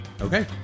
Okay